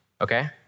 Okay